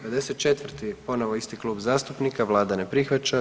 54. ponovo isti Klub zastupnika, Vlada ne prihvaća.